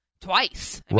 twice